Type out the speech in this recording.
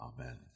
Amen